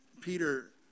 Peter